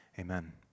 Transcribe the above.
amen